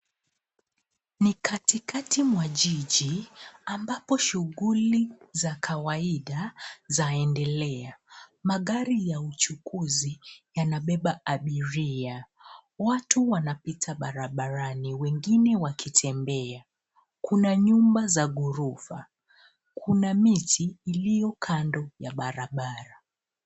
Ni katikati mwa jiji ambapo shughuli za kawaida zaendelea. Magari ya ucukuzi yanabeba abiria. Watu wanapita barabarani wengine wakitembea. Kuna nyumba za ghorofa. Kuna miti iliyo kando ya barabara.